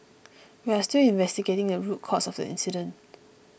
we are still investigating the root cause of the incident